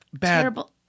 terrible